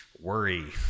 worry